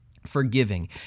forgiving